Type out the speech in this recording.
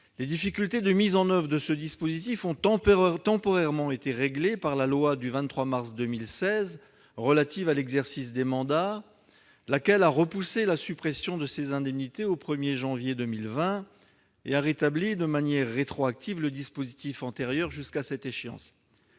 Les difficultés de mise en oeuvre de ce dispositif ont temporairement été réglées par la loi du 23 mars 2016 relative à l'exercice des mandats, laquelle a repoussé la suppression de ces indemnités au 1 janvier 2020 et a rétabli de manière rétroactive le dispositif antérieur, jusqu'à cette échéance.